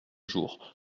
jour